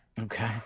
Okay